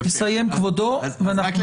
יסיים כבודו, ואנחנו נמשיך.